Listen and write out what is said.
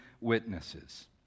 witnesses